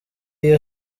iyo